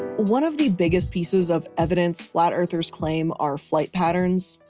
one of the biggest pieces of evidence flat-earthers claim are flight patterns,